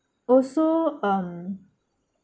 also um